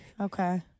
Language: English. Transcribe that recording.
Okay